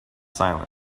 silent